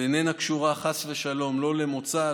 ואיננה קשורה חס ושלום לא למוצא,